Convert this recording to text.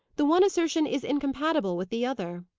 the one assertion is incompatible with the other.